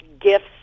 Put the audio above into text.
gifts